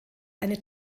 eine